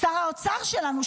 שר האוצר שלנו,